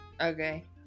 Okay